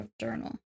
journal